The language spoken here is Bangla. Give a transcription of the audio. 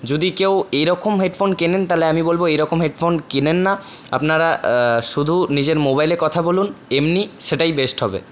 যদি কেউ এইরকম হেডফোন কেনেন তাহলে আমি বলব এইরকম হেডফোন কেনেন না আপনারা শুধু নিজের মোবাইলে কথা বলুন এমনি সেটাই বেস্ট হবে